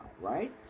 Right